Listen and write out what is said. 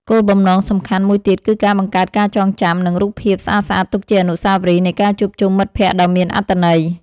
គោលបំណងសំខាន់មួយទៀតគឺការបង្កើតការចងចាំ និងរូបភាពស្អាតៗទុកជាអនុស្សាវរីយ៍នៃការជួបជុំមិត្តភក្តិដ៏មានអត្ថន័យ។